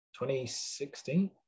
2016